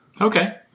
Okay